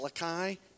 Malachi